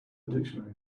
dictionary